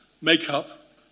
makeup